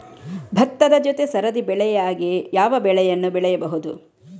ಭತ್ತದ ಜೊತೆ ಸರದಿ ಬೆಳೆಯಾಗಿ ಯಾವ ಬೆಳೆಯನ್ನು ಬೆಳೆಯಬಹುದು?